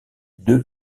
deux